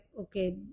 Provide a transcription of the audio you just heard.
okay